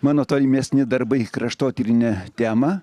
mano tolimesni darbai kraštotyrine tema